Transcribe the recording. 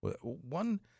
One